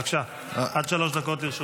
בבקשה, עד שלוש דקות לרשותך.